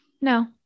no